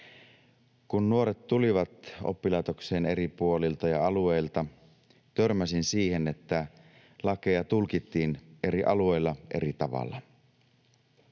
Kun nuoret tulivat oppilaitokseen eri puolilta ja alueilta, törmäsin siihen, että lakeja tulkittiin eri alueilla eri tavalla.